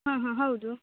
ಹಾಂ ಹಾಂ ಹೌದು